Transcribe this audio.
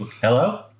hello